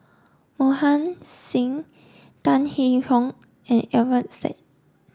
Mohan Singh Tan Hwee Hock and Alfian Sa'at